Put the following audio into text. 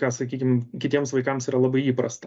ką sakykim kitiems vaikams yra labai įprasta